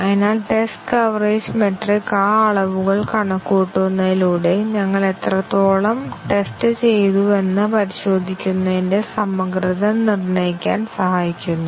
അതിനാൽ test coverage metric ആ അളവുകൾ കണക്കുകൂട്ടുന്നതിലൂടെ ഞങ്ങൾ എത്രത്തോളം ടെസ്റ്റ് ചെയ്തുവെന്ന് പരിശോധിക്കുന്നതിന്റെ സമഗ്രത നിർണ്ണയിക്കാൻ സഹായിക്കുന്നു